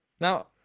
Now